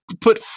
put